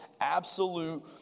absolute